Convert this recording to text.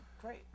great